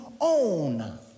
own